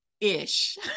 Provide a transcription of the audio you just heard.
ish